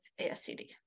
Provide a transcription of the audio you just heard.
ASCD